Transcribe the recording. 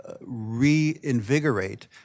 reinvigorate